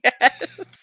Yes